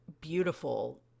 beautiful